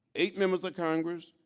eight members of congress,